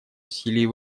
усилий